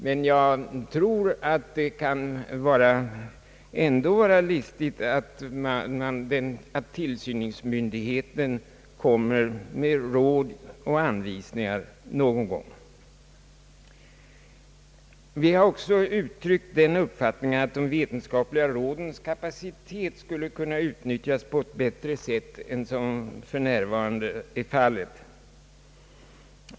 Ändå anser jag det vara bra att tillsynsmyndigheten i samband med inspektioner kommer med råd och anvisningar någon gång. Vi har också uttryckt uppfattningen att de vetenskapliga rådens kapacitet skulle kunna utnyttjas på ett bättre sätt än för närvarande.